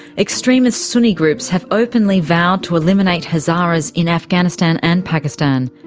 extremist sunni groups have openly vowed to eliminate hazaras in afghanistan and pakistan.